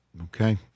Okay